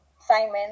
Simon